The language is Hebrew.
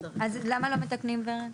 אז למה לא מתקנים, ורד?